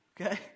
Okay